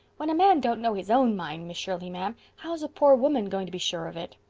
when a man don't know his own mind, miss shirley, ma'am, how's a poor woman going to be sure of it?